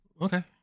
okay